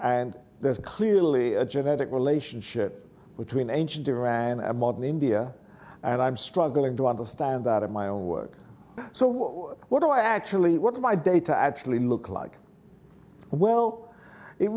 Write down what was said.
and there's clearly a genetic relationship between ancient iran and modern india and i'm struggling to understand that in my own work so what do i actually want my day to actually look like well it